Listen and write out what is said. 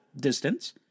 distance